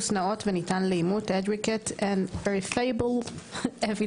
נאות וניתן לאימות (adequate and verifiable evidence).